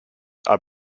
are